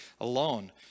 alone